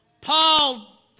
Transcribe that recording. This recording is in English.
Paul